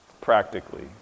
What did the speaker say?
Practically